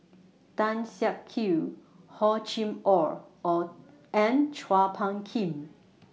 Tan Siak Kew Hor Chim Or and Chua Phung Kim